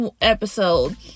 episode